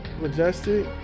majestic